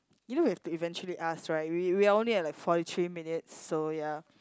you know we have to eventually ask right we we only have like forty three minutes so ya